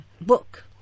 book